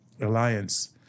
alliance